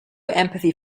empathy